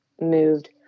moved